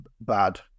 bad